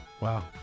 Wow